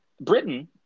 Britain